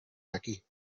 aquí